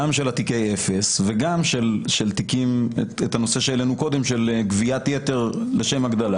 גם של התיקי אפס וגם של הנושא שהעלינו קודם של גביית יתר לשם הגדלה.